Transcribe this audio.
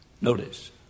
Notice